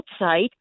outside